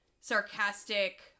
sarcastic